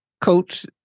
Coach